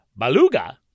Baluga